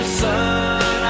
sun